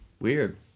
weird